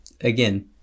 again